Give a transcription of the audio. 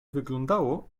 wyglądało